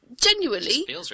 Genuinely